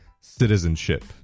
citizenship